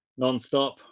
Nonstop